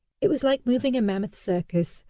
it was like moving a mammoth circus,